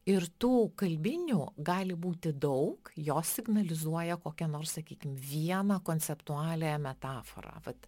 ir tų kalbinių gali būti daug jos signalizuoja kokią nors sakykim vieną konceptualiąją metaforą vat